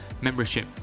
membership